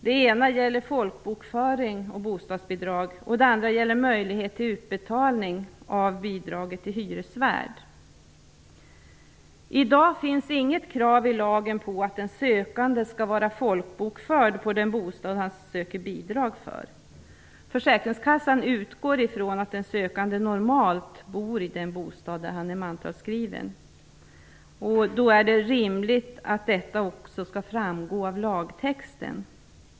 Det ena gäller folkbokföring och bostadsbidrag, och det andra gäller möjlighet till utbetalning av bidraget till hyresvärd. I dag finns inget krav i lagen på att den sökande skall vara folkbokförd i den bostad han söker bidrag för. Försäkringskassan utgår ifrån att den sökande normalt bor i den bostad där han är mantalsskriven. Då är det rimligt att detta också skall framgå av lagtexten.